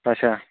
اَچھا